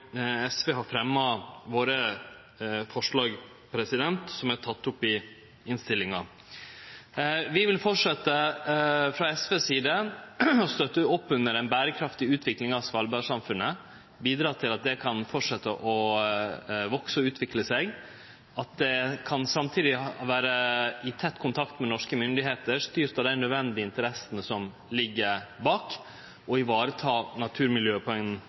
SV har fremja sine forslag i innstillinga. Vi vil frå SVs side fortsetje å støtte opp under ei berekraftig utvikling av Svalbard-samfunnet, bidra til at det kan fortsetje å vekse og utvikle seg, samtidig som det er i tett kontakt med norske myndigheiter, styrt av dei nødvendige interessene som ligg bak,